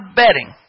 betting